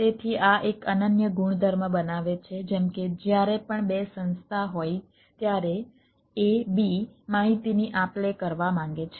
તેથી આ એક અનન્ય ગુણધર્મ બનાવે છે જેમ કે જ્યારે પણ બે સંસ્થા હોય ત્યારે A B માહિતીની આપ લે કરવા માંગે છે